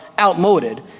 outmoded